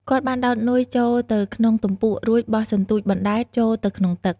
គាត់បានដោតនុយចូលទៅក្នុងទំពក់ រួចបោះសន្ទូចបណ្ដែតចូលទៅក្នុងទឹក។